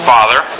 Father